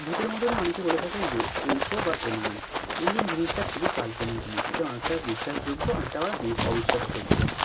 ভূতের মতনই অনেকে বলে থাকে ইউএফও বা এলিয়েন এলিয়েন জিনিসটা খুবই কাল্পনিক জিনিস এটা অনেকটা বিশ্বাসযোগ্য অনেকটা আবার অবিশ্বাসযোগ্য